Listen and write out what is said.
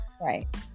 right